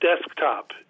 desktop